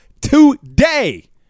today